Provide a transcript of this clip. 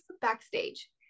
backstage